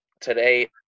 today